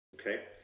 okay